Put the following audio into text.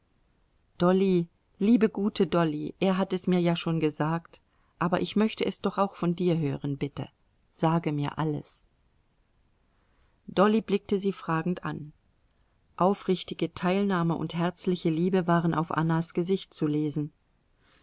dolly liebe gute dolly er hat es mir ja schon gesagt aber ich möchte es doch auch von dir hören bitte sage mir alles dolly blickte sie fragend an aufrichtige teilnahme und herzliche liebe waren auf annas gesicht zu lesen